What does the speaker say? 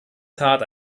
tat